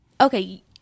okay